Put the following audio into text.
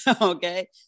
okay